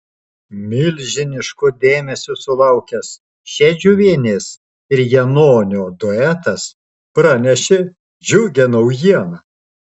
milžiniško dėmesio sulaukęs šedžiuvienės ir janonio duetas pranešė džiugią naujieną